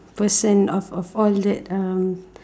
person of of all that um